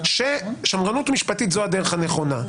ששמרנות משפטית היא הדרך הנכונה.